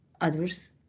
others